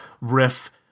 riff